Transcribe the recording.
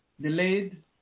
delayed